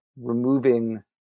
removing